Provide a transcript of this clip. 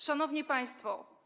Szanowni Państwo!